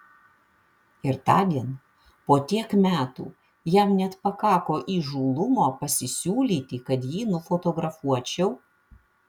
ir tądien po tiek metų jam net pakako įžūlumo pasisiūlyti kad jį nufotografuočiau